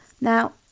Now